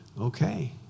okay